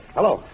Hello